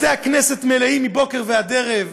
בתי-הכנסת מלאים מבוקר ועד ערב,